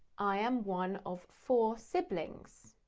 i am one of four siblings.